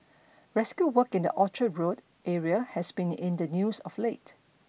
rescue work in the Orchard Road area has been in the news of late